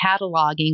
cataloging